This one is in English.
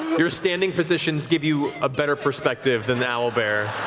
your standing positions give you a better perspective than owlbear.